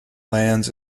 lands